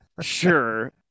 sure